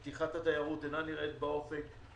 פתיחת התיירות לא נראית באופק,